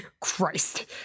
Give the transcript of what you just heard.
Christ